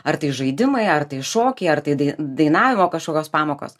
ar tai žaidimai ar tai šokiai ar tai dai dainavimo kažkokios pamokos